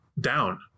down